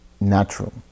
natural